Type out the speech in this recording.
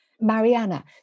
Mariana